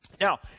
Now